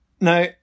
Now